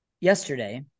yesterday